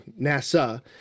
NASA